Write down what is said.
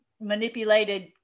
manipulated